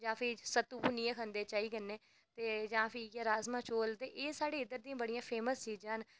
जां भी सत्तू भुन्नियै खंदे चाही कन्नै ते जां भी राजमांह् चौल ते एह् साढ़े इद्धर दे जां भी एह् जेह्ड़ियां फेमस चीजां न